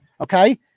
Okay